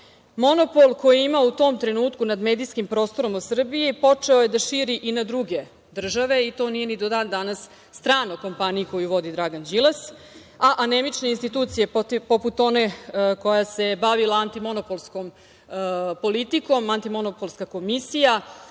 koji ima u tom trenutku nad medijskim prostorom u Srbiji počeo je da širi i na druge države i to nije ni do dan danas strano kompaniji koju vodi Dragan Đilas, a anemične institucije poput one koja se bavila antimonopolskom politikom, antimonopolska komisija,